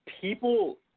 people –